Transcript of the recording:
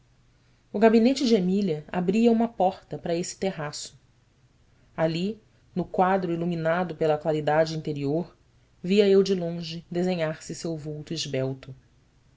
o gabinete de emília abria uma porta para esse terraço ali no quadro iluminado pela claridade interior via eu de longe desenhar se seu vulto esbelto